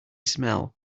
smell